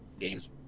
games